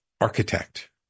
architect